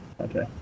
Okay